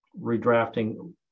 redrafting